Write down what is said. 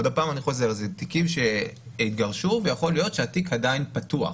אלה תיקים שהתגרשו ויכול להיות שהתיק עדיין פתוח.